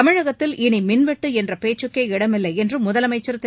தமிழகத்தில் இனி மின்வெட்டு என்ற பேச்சுக்கே இடமில்லை என்று முதலமைச்சர் திரு